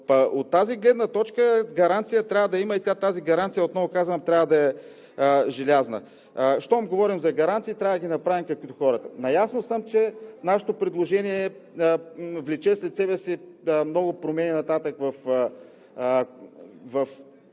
От тази гледна точка гаранция трябва да има и тази гаранция, отново казвам, трябва да е желязна. Щом говорим за гаранции, трябва да ги направим като хората. Наясно съм, че нашето предложение влече след себе си много промени нататък в